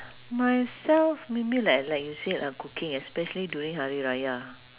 myself maybe like like you said uh cooking especially during hari raya